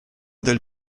del